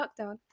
lockdown